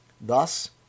Thus